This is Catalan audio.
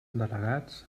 delegats